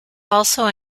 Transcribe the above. also